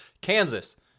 Kansas